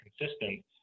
consistent